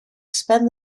spend